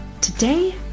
Today